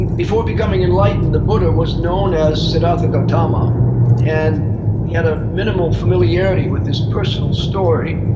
before becoming enlightened, the buddha was known as siddhartha and gautama and he had a minimal familiarity with his personal story.